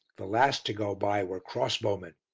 the last to go by were cross-bowmen.